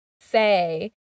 say